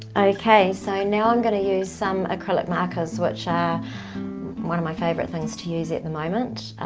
okay, so now i'm gonna use some acrylic markers which are one of my favourite things to use at the moment.